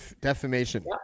defamation